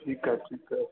ठीकु आहे ठीकु आहे